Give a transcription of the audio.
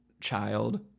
child